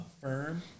firm